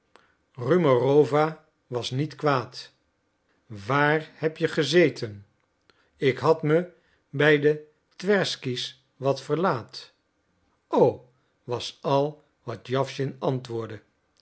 rumerowa was niet kwaad waar heb je gezeten ik had me bij de twersky's wat verlaat o was al wat jawschin antwoordde